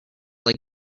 like